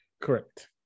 Correct